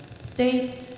state